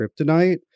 kryptonite